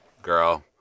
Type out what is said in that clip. girl